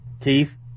Keith